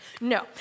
No